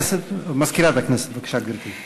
מזכירת הכנסת, בבקשה, גברתי.